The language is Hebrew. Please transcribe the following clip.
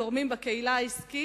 וגורמים בקהילה העסקית,